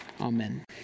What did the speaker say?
Amen